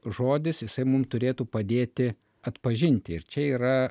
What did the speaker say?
žodis jisai mum turėtų padėti atpažinti ir čia yra